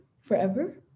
forever